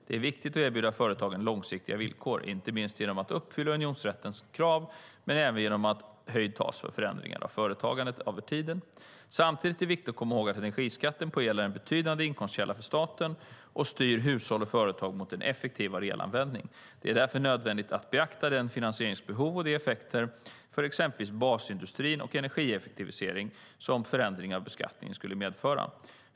Det är viktigt att erbjuda företagen långsiktiga villkor, inte minst genom att uppfylla unionsrättens krav men även genom att höjd tas för förändringar av företagandet över tid. Samtidigt är det viktigt att komma ihåg att energiskatten på el är en betydande inkomstskälla för staten och styr hushåll och företag mot en effektivare elanvändning. Det är därför nödvändigt att beakta det finansieringsbehov och de effekter för exempelvis basindustrin och energieffektivisering som en förändring av beskattningen skulle medföra.